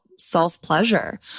self-pleasure